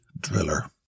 Driller